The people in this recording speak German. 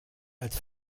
als